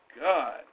God